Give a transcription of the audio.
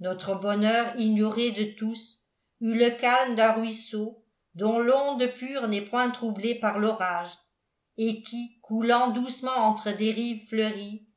notre bonheur ignoré de tous eut le calme d'un ruisseau dont l'onde pure n'est point troublée